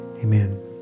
Amen